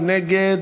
מי נגד?